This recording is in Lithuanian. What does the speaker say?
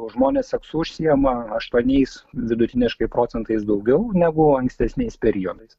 žmonės seksu užsiima aštuoniais vidutiniškai procentais daugiau negu ankstesniais periodais